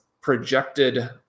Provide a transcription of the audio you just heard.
projected